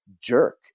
jerk